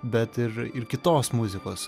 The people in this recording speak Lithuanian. bet ir ir kitos muzikos